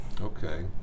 Okay